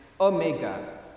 Omega